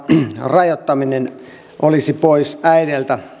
rajoittaminen olisi pois äideiltä